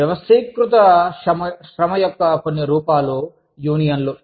వ్యవస్థీకృత శ్రమ యొక్క కొన్ని రూపాలు యూనియన్లు